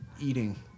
eating